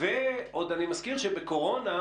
ועוד אני מזכיר שבקורונה,